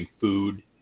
food